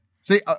See